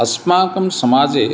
अस्माकं समाजे